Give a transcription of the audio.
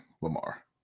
Lamar